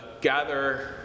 gather